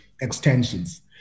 extensions